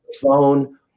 phone